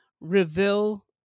Reveal